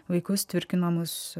vaikus tvirkinamus